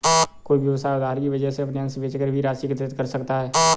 कोई व्यवसाय उधार की वजह अपने अंश बेचकर भी राशि एकत्रित कर सकता है